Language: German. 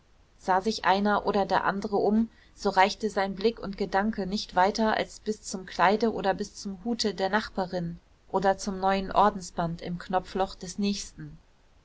sah sich einer oder der andere um so reichte blick und gedanke nicht weiter als bis zum kleide oder bis zum hute der nachbarin oder zum neuen ordensband im knopfloch des nächsten